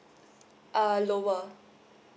uh lower